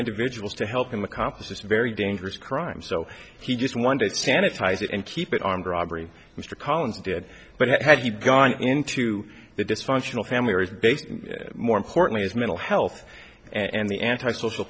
individuals to help him accomplish this very dangerous crime so he just one day sanitize it and keep it armed robbery mr collins did but it had gone into the dysfunctional family is based more importantly his mental health and the antisocial